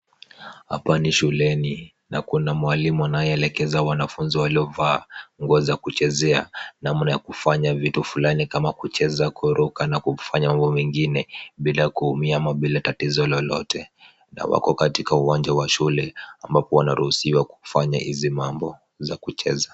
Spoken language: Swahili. Hapa ni shuleni na kuna mwalimu anayeelekeza wanafunzi waliovaa nguo za kuchezea, namna ya kufanya vitu fulani kama kucheza, kuruka na kufanya mambo mengine bila kuumia ama bila tatizo lolote na wako katika uwanja wa shule, ambapo wanaruhusiwa kufanya hizi mambo za kucheza.